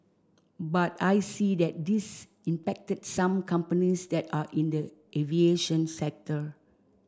but I see that this impacted some companies that are in the aviation sector